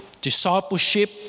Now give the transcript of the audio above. discipleship